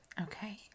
Okay